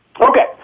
Okay